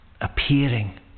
appearing